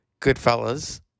Goodfellas